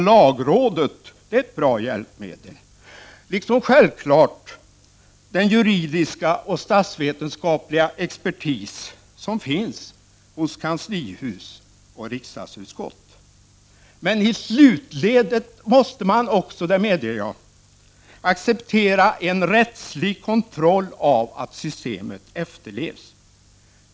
Lagrådet är ett bra hjälpmedel liksom självfallet den juridiska och statsvetenskapliga expertis som finns i kanslihuset och i riksdagens utskott. Men i slutledet måste man också — det medger jag — acceptera en rättslig kontroll av systemets efterlevnad.